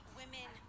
women